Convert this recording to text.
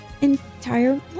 entire